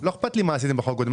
לא אכפת לי מה עשיתם בחוק הקודם.